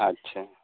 ᱟᱪᱪᱷᱟ